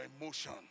emotion